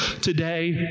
today